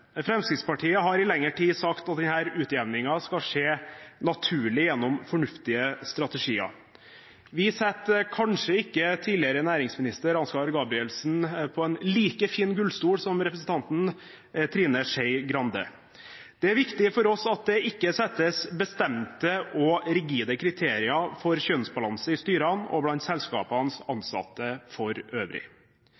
Fremskrittspartiet har i lengre tid sagt at denne utjevningen skal skje naturlig gjennom fornuftige strategier. Vi setter kanskje ikke tidligere næringsminister Ansgar Gabrielsen på en like fin gullstol som representanten Trine Skei Grande gjorde. Det er viktig for oss at det ikke settes bestemte og rigide kriterier for kjønnsbalanse i styrene og blant selskapenes